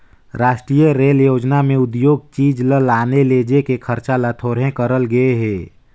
रास्टीय रेल योजना में उद्योग चीच ल लाने लेजे के खरचा ल थोरहें करल गे हे